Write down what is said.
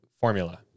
Formula